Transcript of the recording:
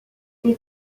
ils